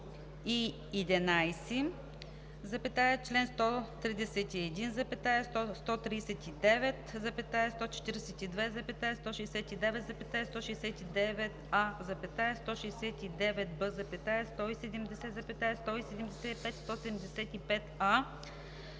и 11, чл. 131, 139, 142, 169, 169а, 169б, 170, 175,